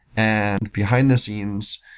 and behind the scenes,